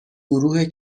گروه